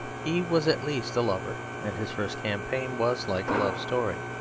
he was at least a lover and his first campaign was like a love-story.